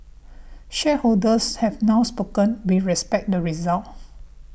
shareholders have now spoken we respect the result